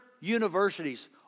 universities